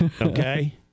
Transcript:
okay